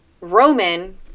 Roman